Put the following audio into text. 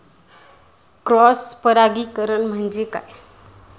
Cross परागीकरण म्हणजे काय?